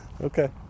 Okay